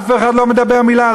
ופה אף אחד לא מדבר מילה.